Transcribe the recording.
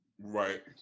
Right